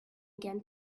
again